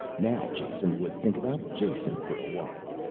now jason would think about jason for a while.